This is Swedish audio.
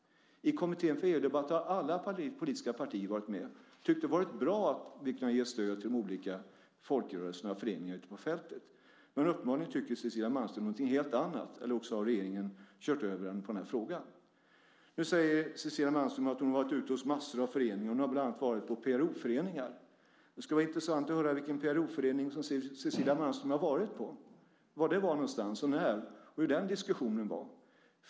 I Kommittén för EU-debatt har alla politiska partier varit med och tyckt att det varit bra att vi kunnat ge stöd till de olika folkrörelserna och föreningarna ute på fältet. Men uppenbarligen tycker Cecilia Malmström någonting helt annat, eller också har regeringen kört över henne i den här frågan. Nu säger Cecilia Malmström att hon har varit ute hos massor av föreningar, bland annat PRO-föreningar. Det skulle vara intressant att höra vilken PRO-förening Cecilia Malmström har varit hos, var, när och hur diskussionen var.